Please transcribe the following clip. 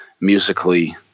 musically –